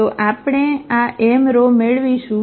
તો આપણે આ m રો મેળવીશું